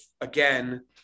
again